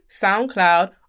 SoundCloud